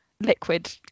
liquid